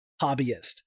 hobbyist